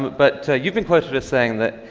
but you've been quoted as saying that,